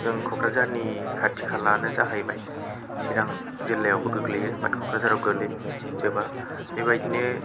जों कक्राझारनि खाथि खालानो जाहैबाय चिरां जिल्लायावबो गोलैयो बाट कक्राझाराव गोलैजोबा बेबायदिनो